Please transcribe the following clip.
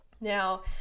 Now